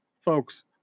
Folks